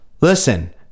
listen